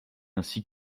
ainsi